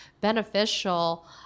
beneficial